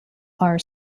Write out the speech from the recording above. are